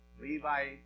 Levi